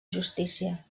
justícia